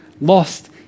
lost